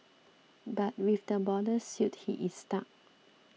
but with the borders sealed he is stuck